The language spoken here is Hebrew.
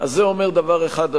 אז זה אומר דבר אחד,